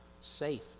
safe